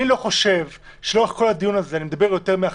אני לא חושב שלאורך כל הדיון הזה אני מדבר יותר מאחרים.